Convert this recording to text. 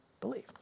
believed